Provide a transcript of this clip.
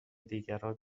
دیگران